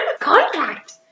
Contract